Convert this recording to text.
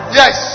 yes